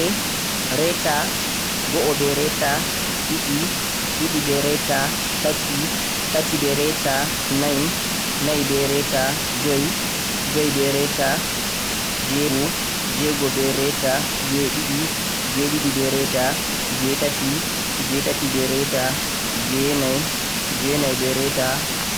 Houɗe, reta, go'o, go'o be rete, ɗiɗi, ɗiɗi be reta, tati, tati be reta, nai, nai be reta, joi, joi be reta, jweego, jweego be reta, jweeɗiɗi, jweeɗiɗi be reta, jweetati jweetati be reta, jweenai, jweenai be reta,